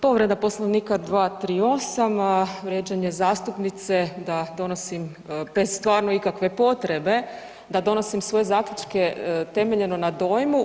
Povreda Poslovnika 238. vrijeđanje zastupnice da donosim bez stvarno ikakve potrebe da donosim svoje zaključke temeljeno na dojmu.